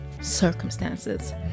circumstances